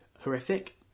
horrific